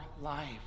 life